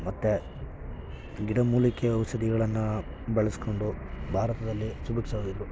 ಮತ್ತೆ ಗಿಡಮೂಲಿಕೆ ಔಷಧಿಗಳನ್ನು ಬಳಸ್ಕೊಂಡು ಭಾರತದಲ್ಲಿ ಸುಭಿಕ್ಷವಾಗಿದ್ದರು